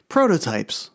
Prototypes